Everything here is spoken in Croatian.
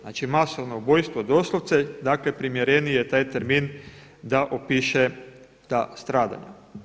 Znači masovno ubojstvo doslovce dakle primjereniji je taj termin da opiše ta stradanja.